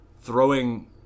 throwing